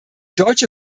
deutsche